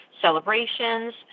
celebrations